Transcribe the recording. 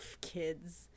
kids